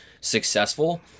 successful